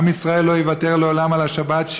עם ישראל לא יוותר לעולם על השבת,